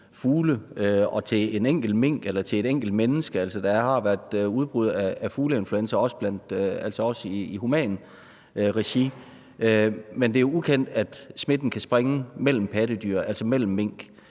fugle og til en enkelt mink eller et enkelt menneske – der har også været tilfælde af human smitte med fugleinfluenza. Men det er ukendt, at smitten kan springe mellem pattedyr, altså mellem mink,